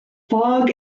fog